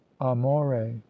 amore